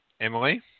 Emily